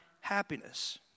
happiness